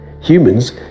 Humans